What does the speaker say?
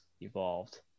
evolved